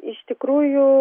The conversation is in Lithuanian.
iš tikrųjų